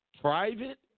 private